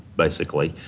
basically.